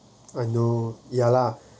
I know ya lah